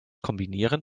kombinieren